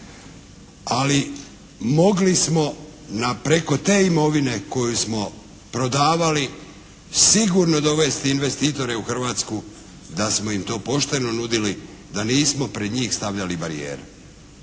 Ali mogli smo na preko te imovine koju smo prodavali sigurno dovesti investitore u Hrvatsku da smo im to pošteno nudili, da nismo pred njih stavljali barijere.